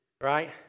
Right